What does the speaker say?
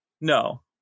No